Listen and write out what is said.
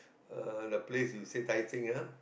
uh the place you said tai-seng ah